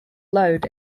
load